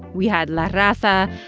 we had la raza,